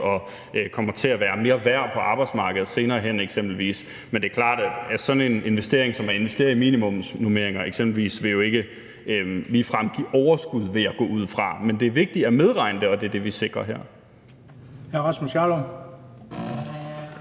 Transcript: kommer til at være mere værd på arbejdsmarkedet senere hen. Men det er klart, at sådan en investering som f.eks. at investere i minimumsnormeringer jo ikke ligefrem vil give overskud, vil jeg gå ud fra. Men det er vigtigt at medregne det, og det er det, vi sikrer her.